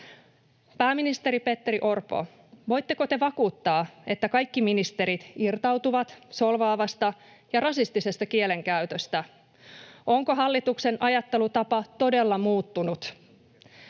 Pääministeri Petteri Orpo, voitteko te vakuuttaa, että kaikki ministerit irtautuvat solvaavasta ja rasistisesta kielenkäytöstä? Onko hallituksen ajattelutapa todella muuttunut?